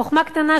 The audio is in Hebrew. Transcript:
חוכמה קטנה,